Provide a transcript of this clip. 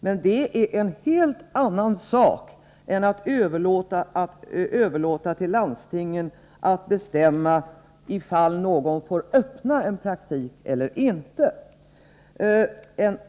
Men det är absolut något helt annat än att överlåta till landstingen att bestämma ifall någon får öppna en praktik eller inte.